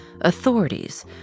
authorities